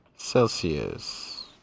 Celsius